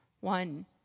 One